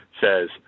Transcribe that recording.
says